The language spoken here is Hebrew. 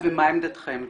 ומה עמדתכם בעניין?